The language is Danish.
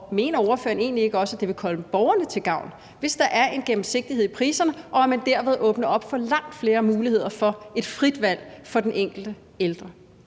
Mener ordføreren egentlig ikke også, at det vil komme borgerne til gavn, hvis der er en gennemsigtighed i priserne, og at man derved åbner op for langt flere muligheder for et frit valg for den enkelte ældre?